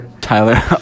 Tyler